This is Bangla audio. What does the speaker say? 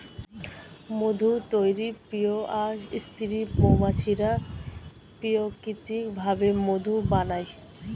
মধু তৈরির প্রক্রিয়ায় স্ত্রী মৌমাছিরা প্রাকৃতিক ভাবে মধু বানায়